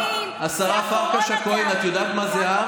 השרה פרקש הכהן, את יודעת מה זה R?